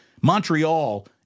Montreal –